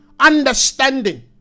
understanding